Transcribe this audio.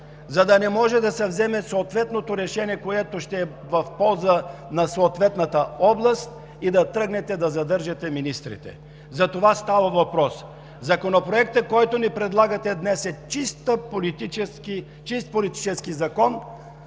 за да не може да се вземе съответното решение, което ще е в полза на отделната област, и да тръгнете да задържате министрите. За това става въпрос! Законопроектът, който ни предлагате днес, е чист политически закон.